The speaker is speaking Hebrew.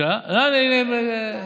הינה, אלעזר.